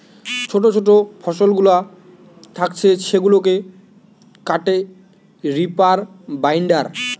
ছোটো ছোটো যে ফসলগুলা থাকছে সেগুলাকে কাটে রিপার বাইন্ডার